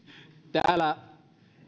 täällä